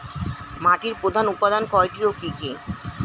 মাটির প্রধান উপাদান কয়টি ও কি কি?